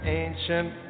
ancient